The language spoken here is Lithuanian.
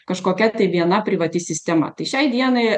kažkokia tai viena privati sistema tai šiai dienai